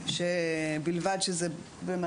של לא